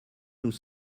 nous